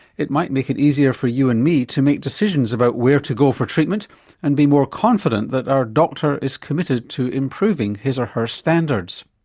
it might make it easier for you and me to make decisions about where to go for treatment and be more confident that our doctor is committed to improving his or her standards.